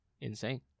Insane